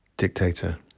Dictator